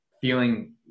feeling